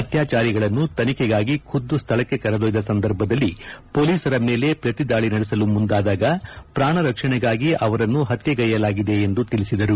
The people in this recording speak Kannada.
ಆತ್ಯಾಚಾರಿಗಳನ್ನು ತನಿಖೆಗಾಗಿ ಖುದ್ದು ಸ್ಥಳಕ್ಕೆ ಕೆರೆದೊಯ್ದ ಸಂದರ್ಭದಲ್ಲಿ ಹೋಲಿಸರ ಮೇಲೆ ಪ್ರತಿದಾಳಿ ನಡೆಸಲು ಮುಂದಾದಾಗ ಪ್ರಾಣ ರಕ್ಷಣೆಗಾಗಿ ಅವರನ್ನು ಪತ್ಯೆಗೈಯಲಾಗಿದೆ ಎಂದು ತಿಳಿಸಿದರು